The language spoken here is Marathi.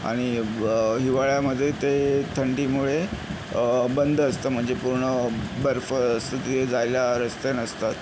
आणि ब हिवाळ्यामध्ये ते थंडीमुळे बंद असतं म्हणजे पूर्ण बर्फ असतं तिथे जायला रस्ते नसतात